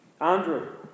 Andrew